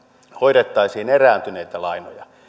hoidettaisiin erääntyneitä lainoja